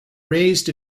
raised